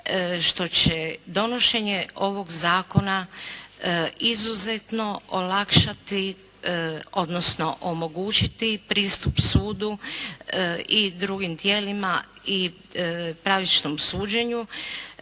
što će donošenje ovog zakona izuzetno olakšati, odnosno omogućiti pristup sudu i drugim tijelima i pravičnom suđenju,